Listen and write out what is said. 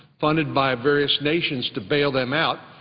funded by various nations to bail them out.